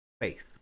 faith